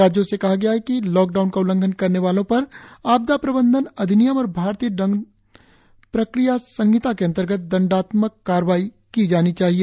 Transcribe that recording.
राज्यों से कहा गया है कि लॉकडाउन का उल्लंघन करने वालो पर आपदा प्रबंधन अधिनियम और भारतीय दंड प्रक्रिया संहिता के अंतर्गत दंडात्मक कार्रवाई की जानी चाहिए